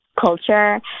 culture